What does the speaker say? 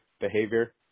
behavior